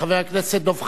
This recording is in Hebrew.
חבר הכנסת דב חנין,